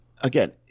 again